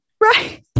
Right